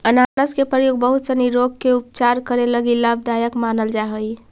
अनानास के प्रयोग बहुत सनी रोग के उपचार करे लगी लाभदायक मानल जा हई